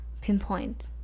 pinpoint